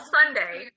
Sunday